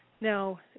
Now